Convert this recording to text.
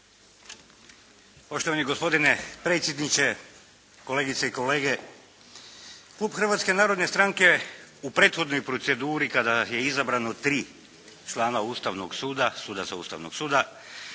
Poštovani gospodine predsjedniče, kolegice i kolege! Klub Hrvatske narodne stranke u prethodnoj proceduri kada nas je izabrano tri člana Ustavnog suda, sudaca Ustavnog suda